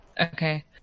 Okay